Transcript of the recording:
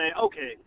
okay